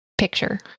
picture